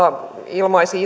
ilmaisi